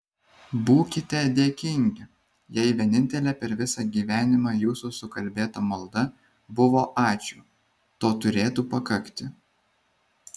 būkite dėkingi jei vienintelė per visą gyvenimą jūsų sukalbėta malda buvo ačiū to turėtų pakakti